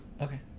okay